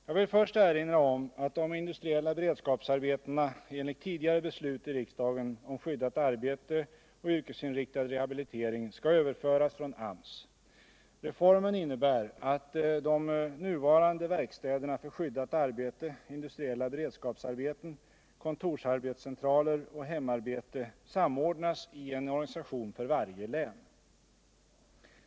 Jag vill först erinra om att de industriella beredskapsarbetena enligt tidigare beslut i riksdagen om skyddat arbete och yrkesinriktad rehabilitering skall överföras från AMS. Reformen innebär att de nuvarande verkstäderna för skyddat arbete, industriella beredskapsarbeten, kontorsarbetscentraler och hemarbete samordnas I en organisation för varje län.